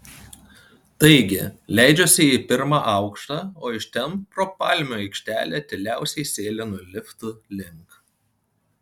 taigi leidžiuosi į pirmą aukštą o iš ten pro palmių aikštelę tyliausiai sėlinu liftų link